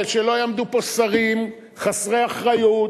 ושלא יעמדו פה שרים חסרי אחריות,